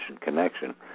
connection